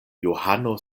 johano